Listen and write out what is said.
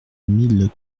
mille